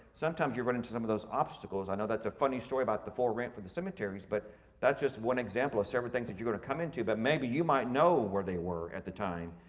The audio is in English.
sometimes you run into some of those obstacles. i know that's a funny story about the for rent for the cemeteries, but that's just one example of several things that you're going to come into, but maybe you might know where they were at the time,